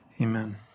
Amen